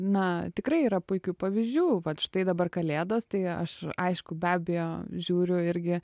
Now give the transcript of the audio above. na tikrai yra puikių pavyzdžių vat štai dabar kalėdos tai aš aišku be abejo žiūriu irgi